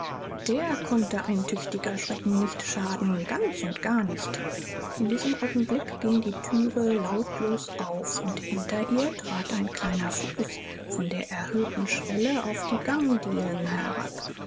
der konnte ein tüchtiger schrecken nicht schaden ganz und gar nicht in diesem augenblick ging die thüre lautlos auf und hinter ihr trat ein kleiner fuß von der erhöhten schwelle auf die gangdielen herab